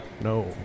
No